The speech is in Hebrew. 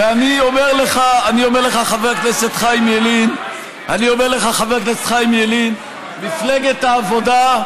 ואני אומר לך, חבר הכנסת חיים ילין, מפלגת העבודה,